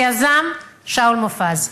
שיזם שאול מופז.